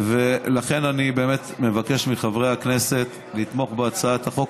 לכן אני באמת מבקש מחברי הכנסת לתמוך בהצעת החוק,